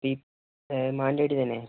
മാനന്തവാടി തന്നെ